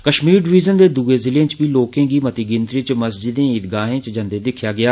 Kashmir division दे दुए जिलें च बी लोकें गी मती गिनतरी च मस्जिदें ईदगाह च जंदे दिक्खेआ गेआ